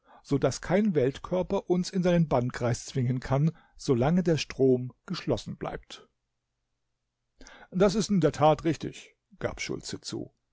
daß kein weltkörper uns in seinen bannkreis zwingen kann so lange der strom geschlossen bleibt das ist in der tat richtig gab schultze zu